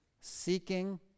seeking